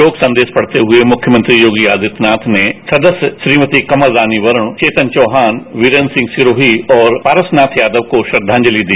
शोक संदेश पढ़ते हुए मुख्यमंत्री योगी आदित्यनाथ ने सदस्य श्रीमती कमल रानी वरुण चेतन चौहान वीरेन सिंह सिरोही और पारसनाथ यादव को श्रद्वांजलि दी